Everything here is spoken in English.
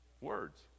Words